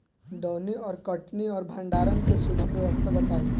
दौनी और कटनी और भंडारण के सुगम व्यवस्था बताई?